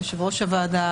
יושב-ראש הוועדה,